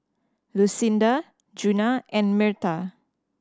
Lucinda Djuna and Myrta